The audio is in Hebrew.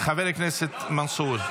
חבר הכנסת מנסור,